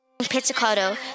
pizzicato